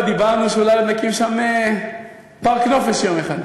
דיברנו שאולי נקים שם פארק נופש יום אחד.